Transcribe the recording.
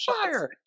Fire